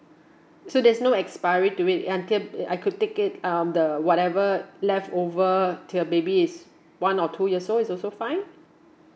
so there's no expiry to it until I could take it um the whatever leftover till maybe it's one or two years old is also fine